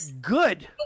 good